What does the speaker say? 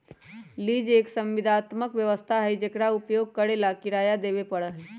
lease एक संविदात्मक व्यवस्था हई जेकरा उपयोग करे ला किराया देवे पड़ा हई